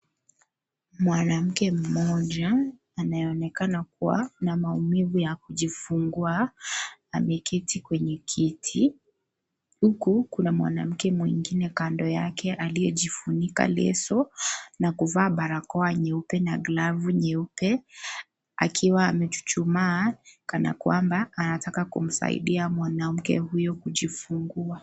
Mwanamke mmoja anayeonekana kuwa na maumivu ya kujifungua. Ameketi kwenye kiti. Huku kuna mwanamke mwingine kando yake aliyejifunika leso na kuvaa barakoa nyeupa na glavu nyeupe. Akiwa amechuchumaa kana kwamba anataka kumsaidia mwanamke huyo kujifungua.